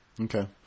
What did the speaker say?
Okay